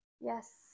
yes